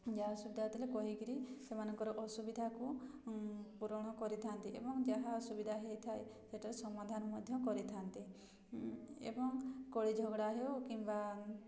ଯାଆ ଅସୁବିଧା ଦେଲେ କହିକରି ସେମାନଙ୍କର ଅସୁବିଧାକୁ ପୂରଣ କରିଥାନ୍ତି ଏବଂ ଯାହା ଅସୁବିଧା ହେଇଥାଏ ସେଠାରେ ସମାଧାନ ମଧ୍ୟ କରିଥାନ୍ତି ଏବଂ କଳି ଝଗଡ଼ା ହେଉ କିମ୍ବା